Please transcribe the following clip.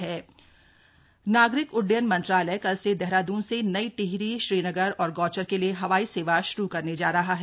हवाई सेवा शुभारंभ नागरिक उइडयन मंत्रालय कल से देहराद्रन से नई टिहरी श्रीनगर और गौचर के लिए हवाई सेवा श्रू करने जा रहा है